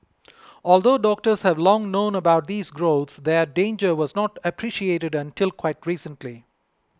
although doctors have long known about these growths their danger was not appreciated until quite recently